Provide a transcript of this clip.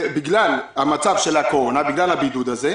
בגלל המצב של הקורונה, בגלל הבידוד הזה,